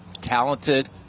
talented